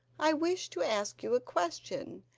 i wish to ask you a question,